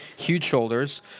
huge shoulders.